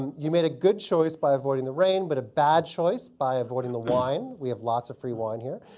you made a good choice by avoiding the rain but a bad choice by avoiding the wine. we have lots of free wine here.